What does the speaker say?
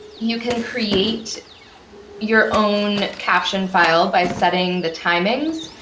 you can create your own caption file by setting the timings.